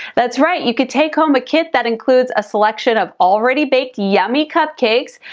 that's right, you could take home a kit that includes a selection of already baked yummy cupcakes,